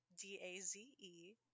D-A-Z-E